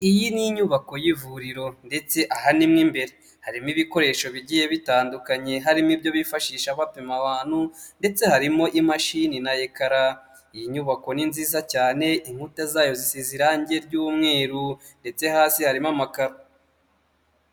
Iyi ni inyubako y'ivuriro ndetse aha ni mo imbere, harimo ibikoresho bigiye bitandukanye harimo ibyo bifashisha bapima abantu ndetse harimo imashini na ekara, iyi nyubako ni nziza cyane inkuta zayo zisize irange ry'umweru ndetse hasi harimo amakararo.